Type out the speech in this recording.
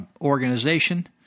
organization